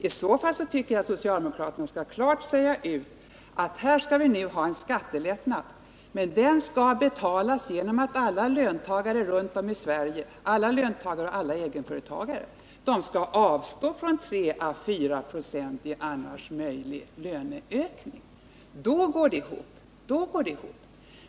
I så fall tycker jag att socialdemokraterna skall klart säga ut: Vi skall införa en skattelättnad, men den skall betalas genom att alla löntagare och egenföretagare runt om i Sverige skall avstå från 3 å 4 96 av annars möjliga löneökningar. Då går det ihop.